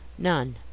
none